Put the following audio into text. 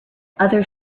others